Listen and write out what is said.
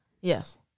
Yes